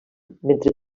mentre